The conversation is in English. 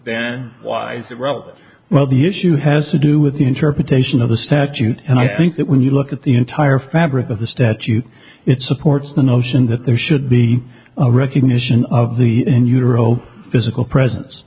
why well the issue has to do with the interpretation of the statute and i think that when you look at the entire fabric of the statute it supports the notion that there should be a recognition of the in utero physical presence